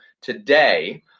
today